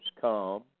come